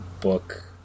book